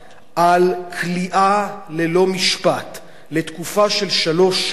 על כליאה ללא משפט לתקופה של שלוש שנים,